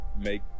Make